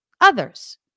others